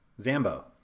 Zambo